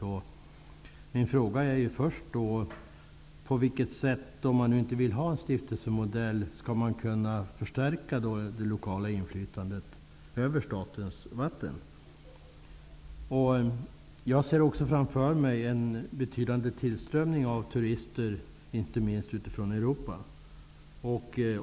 Om man inte vill ha en stiftelsemodell, på vilket sätt skall man då kunna förstärka det lokala inflytandet över statens vatten? Jag ser framför mig en betydande tillströmning av turister, inte minst från Europa.